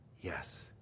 Yes